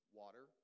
water